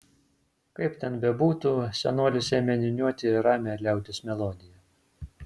kaip ten bebūtų senolis ėmė niūniuoti ramią liaudies melodiją